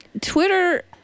Twitter